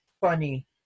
funny